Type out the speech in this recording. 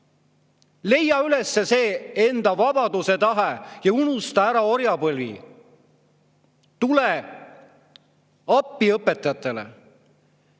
Leia üles enda vabaduse tahe ja unusta ära orjapõli. Tule appi õpetajatele!